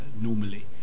normally